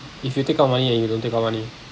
if you take out money and you don't take out money